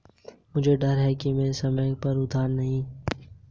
मुझे डर है कि मैं समय पर उधार नहीं चुका पाऊंगा